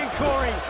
corey.